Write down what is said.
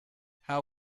how